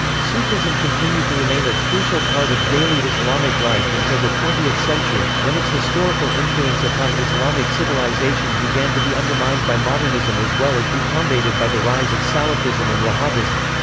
sufism continued to remain a crucial part of daily islamic life until the twentieth century, when its historical influence upon islamic civilization began to be undermined by modernism as well as be combated by the rise of salafism and wahhabism.